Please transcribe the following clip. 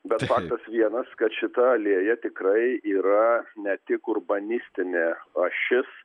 bet faktas vienas kad šita alėja tikrai yra ne tik urbanistinė ašis